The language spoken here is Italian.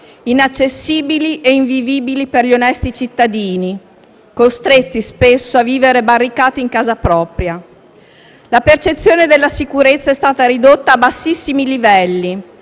inaccessibili e invivibili per gli onesti cittadini, costretti spesso a vivere barricati in casa propria. La percezione della sicurezza è stata ridotta a bassissimi livelli